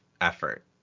effort